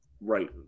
right